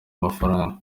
mafaranga